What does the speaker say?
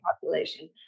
population